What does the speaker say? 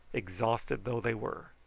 exhausted though they were.